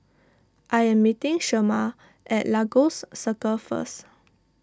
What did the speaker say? I am meeting Shemar at Lagos Circle first